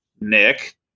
Nick